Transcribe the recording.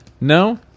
No